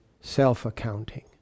self-accounting